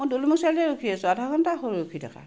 মই দ'লমুখ চাৰিআলিতে ৰখি আছো আধাঘণ্টা হ'ল ৰখি থকা